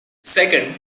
second